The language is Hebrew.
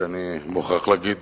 שאני מוכרח להגיד